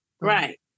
right